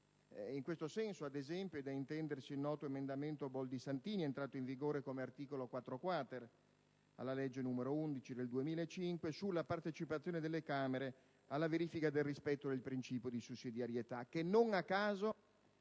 In questo senso, ad esempio, è da intendersi il noto «emendamento Boldi-Santini» (entrato in vigore come articolo 4-*quater* alla legge n. 11 del 2005) sulla «partecipazione delle Camere alla verifica del rispetto del principio di sussidiarietà», che non a caso